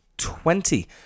Twenty